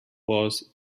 was